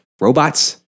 Robots